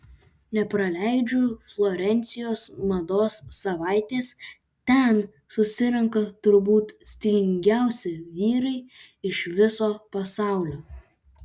nepraleidžiu florencijos mados savaitės ten susirenka turbūt stilingiausi vyrai iš viso pasaulio